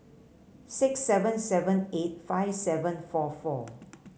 six seven seven eight five seven four four